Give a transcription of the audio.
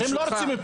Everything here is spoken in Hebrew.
ברשותך,